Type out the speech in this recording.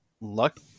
luck